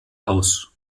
aus